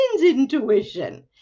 intuition